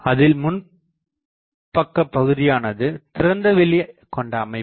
அதில் முன்பக்கபகுதியானது திறந்தவெளி கொண்டஅமைப்பு